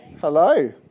Hello